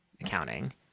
accounting